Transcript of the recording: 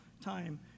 time